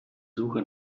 suche